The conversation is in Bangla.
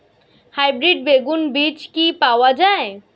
হাইব্রিড বেগুন বীজ কি পাওয়া য়ায়?